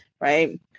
right